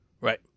Right